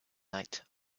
night